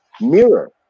mirror